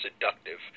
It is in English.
seductive